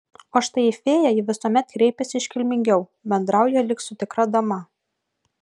o štai į fėją ji visuomet kreipiasi iškilmingiau bendrauja lyg su tikra dama